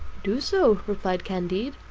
do so, replied candide.